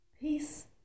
peace